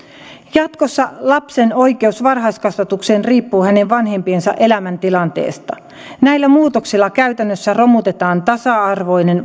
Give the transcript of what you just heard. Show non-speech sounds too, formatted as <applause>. jatkossa lapsen oikeus varhaiskasvatukseen riippuu hänen vanhempiensa elämäntilanteesta näillä muutoksilla käytännössä romutetaan tasa arvoinen <unintelligible>